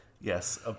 Yes